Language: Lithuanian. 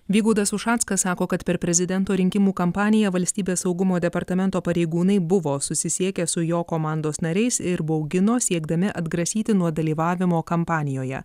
vygaudas ušackas sako kad per prezidento rinkimų kampaniją valstybės saugumo departamento pareigūnai buvo susisiekę su jo komandos nariais ir baugino siekdami atgrasyti nuo dalyvavimo kampanijoje